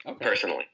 personally